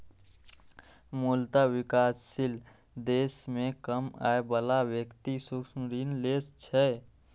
मूलतः विकासशील देश मे कम आय बला व्यक्ति सूक्ष्म ऋण लै छै